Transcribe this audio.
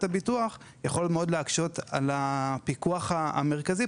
הביטוח יכול מאוד להקשות על הפיקוח המרכזי,